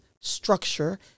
structure